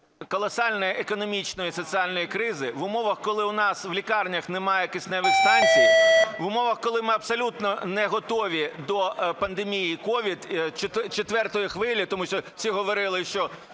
колосальної економічної і соціальної кризи, в умовах, коли у нас в лікарнях немає кисневих станцій, в умовах, коли ми абсолютно не готові до пандемії COVID четвертої хвилі, тому що всі говорили, що